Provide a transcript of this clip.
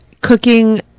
cooking